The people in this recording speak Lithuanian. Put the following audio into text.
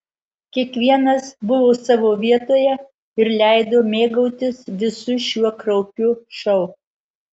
kiekvienas buvo savo vietoje ir leido mėgautis visu šiuo kraupiu šou